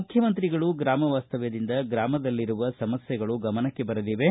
ಮುಖ್ಯಮಂತ್ರಿಗಳ ಗ್ರಾಮ ವಾಸ್ತವ್ಯದಿಂದ ಗ್ರಾಮದಲ್ಲಿರುವ ಸಮಸ್ಯೆಗಳು ಗಮನಕ್ಕ ಬರಲಿವೆ